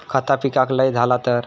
खता पिकाक लय झाला तर?